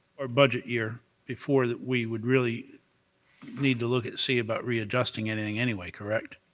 our budget year before we would really need to look at see about readjusting anything anyway correct?